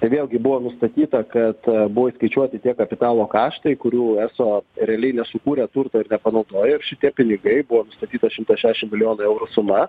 tai vėlgi buvo nustatyta kad buvo įskaičiuoti tie kapitalo kaštai kurių eso realiai nesukūrė turto ir nepanaudojo ir šitie pinigai buvo nustatyta šimtas šešim milijonų eurų suma